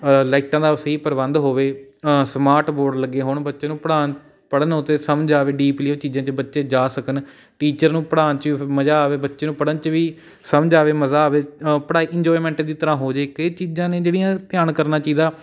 ਲਾਈਟਾਂ ਦਾ ਸਹੀ ਪ੍ਰਬੰਧ ਹੋਵੇ ਸਮਾਰਟ ਬੋਰਡ ਲੱਗੇ ਹੋਣ ਬੱਚੇ ਨੂੰ ਪੜ੍ਹਾਉਣ ਪੜ੍ਹਨ ਆਉ ਅਤੇ ਸਮਝ ਆਵੇ ਡੀਪਲੀ ਉਹ ਚੀਜ਼ਾਂ 'ਚ ਬੱਚੇ ਜਾ ਸਕਣ ਟੀਚਰ ਨੂੰ ਪੜ੍ਹਾਉਣ 'ਚ ਵੀ ਫੇਰ ਮਜ਼ਾ ਆਵੇ ਬੱਚੇ ਨੂੰ ਪੜ੍ਹਨ 'ਚ ਵੀ ਸਮਝ ਆਵੇ ਮਜ਼ਾ ਆਵੇ ਪੜ੍ਹਾਈ ਇੰਜੋਆਏਮੈਂਟ ਦੀ ਤਰ੍ਹਾਂ ਹੋਜੇ ਕਈ ਚੀਜ਼ਾਂ ਨੇ ਜਿਹੜੀਆਂ ਧਿਆਨ ਕਰਨਾ ਚਾਹੀਦਾ